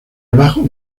bajo